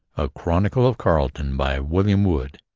a chronicle of carleton, by william wood.